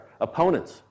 opponents